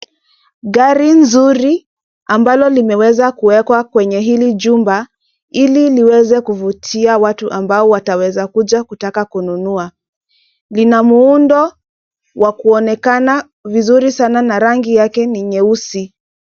Gari nzuri ambalo limeweza kuwekwa kwenye hili jumba ili liweze kuvutia watu ambao wataweza kuja kutaka kununua. Lina muundo wa kuonekana vizuri sana na rangi yake ni nyeusi.